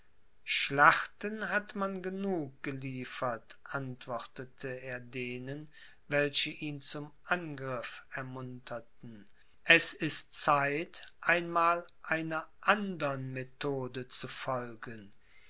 schlachten hat man genug geliefert antwortete er denen welche ihn zum angriff ermunterten es ist zeit einmal einer andern methode zu folgen